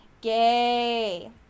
gay